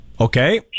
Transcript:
Okay